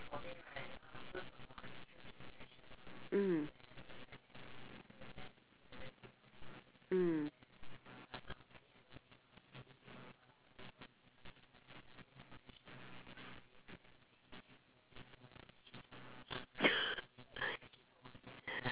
mm mm